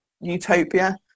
utopia